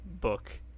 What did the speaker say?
book